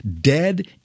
dead